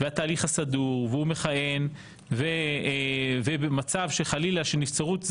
התהליך סודר והוא מכהן ובמצב חלילה של נבצרות,